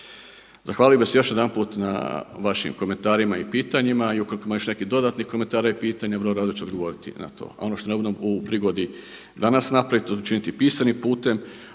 Zahvalio bih se još jedanput na vašim komentarima i pitanjima i ukoliko ima još nekih dodatnih komentara i pitanja vrlo rado ću odgovoriti na to. A ono što ne budem u prigodi danas napraviti, to ću učiniti pisanim putem,